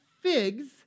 figs